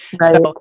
Right